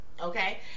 okay